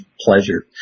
pleasure